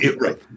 Right